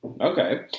Okay